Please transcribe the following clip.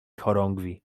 chorągwi